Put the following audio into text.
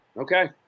Okay